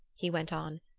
he went on,